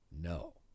no